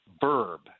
verb